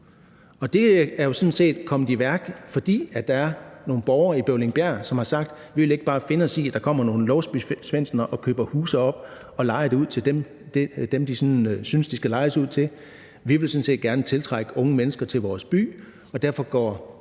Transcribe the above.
by. Det er jo sådan set kommet i værk, fordi der er nogle borgere i Bøvlingbjerg, som har sagt: Vi vil ikke bare vil finde os i, at der kommer nogle Låsby-Svendsener og køber huse og lejer dem ud til dem, som de synes de skal lejes ud til, for vi vil sådan set gerne tiltrække unge mennesker til vores by. Derfor går